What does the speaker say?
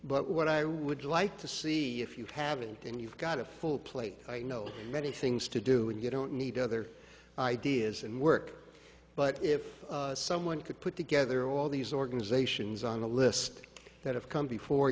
but what i would like to see if you haven't then you've got a full plate i know many things to do and you don't need other ideas and work but if someone could put together all these organizations on the list that have come before